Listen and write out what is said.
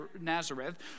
Nazareth